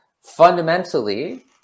Fundamentally